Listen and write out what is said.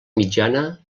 mitjana